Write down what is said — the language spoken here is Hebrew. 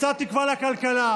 קצת תקווה לכלכלה,